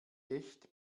echt